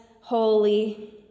holy